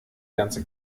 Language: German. ganze